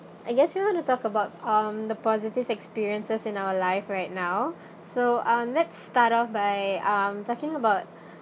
I guess you want to talk about um the positive experiences in our life right now so um let's start off by um talking about